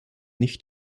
nicht